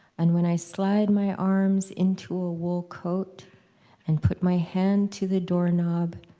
and when i slide my arms into a wool coat and put my hand to the door knob,